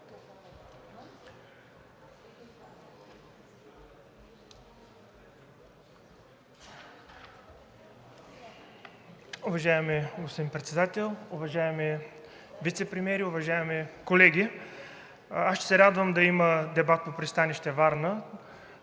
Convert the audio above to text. Уважаеми господин Председател, уважаеми вицепремиери, уважаеми колеги! Аз ще се радвам да има дебат по пристанище Варна